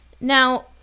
Now